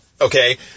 Okay